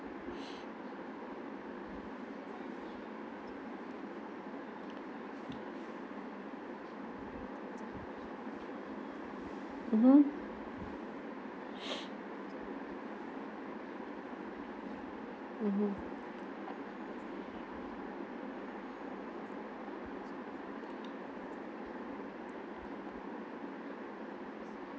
mmhmm mmhmm